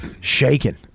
shaking